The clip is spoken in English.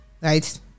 Right